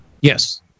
Yes